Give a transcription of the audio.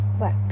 work